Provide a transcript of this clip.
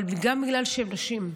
אבל גם בגלל שהן נשים.